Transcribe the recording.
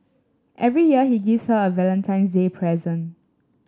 every year he gives her a Valentine's Day present